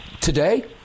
Today